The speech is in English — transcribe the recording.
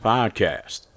Podcast